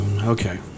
Okay